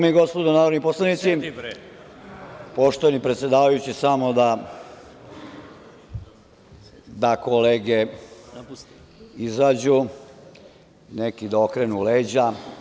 Dame i gospodo narodni poslanici, poštovani predsedavajući, samo da kolege izađu, neki da okrenu leđa.